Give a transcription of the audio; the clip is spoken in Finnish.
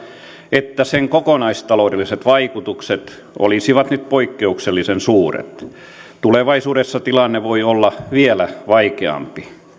että sen kokonaistaloudelliset vaikutukset olisivat nyt poikkeuksellisen suuret tulevaisuudessa tilanne voi olla vielä vaikeampi